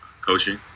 coaching